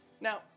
Now